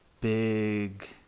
big